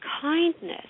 kindness